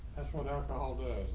that's what alcohol the